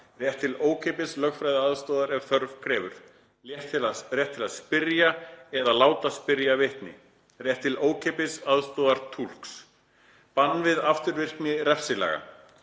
Rétt til ókeypis lögfræðiaðstoðar ef þörf krefur. Rétt til að spyrja eða láta spyrja vitni. Rétt til ókeypis aðstoðar túlks. * Bann við afturvirkni refsilaga.